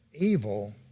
evil